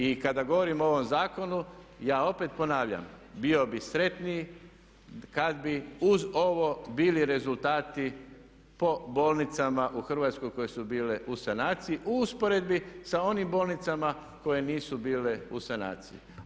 I kada govorimo o ovom zakonu, ja opet ponavljam, bio bih sretniji kada bi uz ovo bili rezultati po bolnicama u Hrvatskoj koje su bile u sanaciji u usporedbi sa onim bolnicama koje nisu bile u sanaciji.